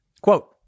Quote